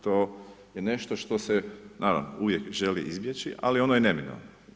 To je nešto što se naravno uvijek želi izbjeći ali ono je neminovno.